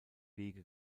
wege